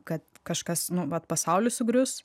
kad kažkas nu vat pasaulis sugrius